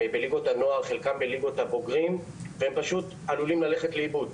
נוער ובוגרים, והם פשוט עלולים ללכת לאיבוד,